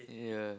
yeah